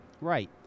Right